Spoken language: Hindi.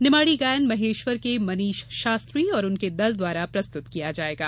निमाड़ी गायन महेश्वर के मनीष शास्त्री और उनके दल द्वारा प्रस्तुत किया जायेगा